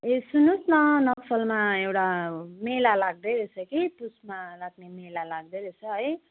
ए सुन्नुहोस् न नक्सलमा एउटा मेला लाग्दै रहेछ कि पुषमा लाग्ने मेला लाग्दै रहेछ है